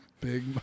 Big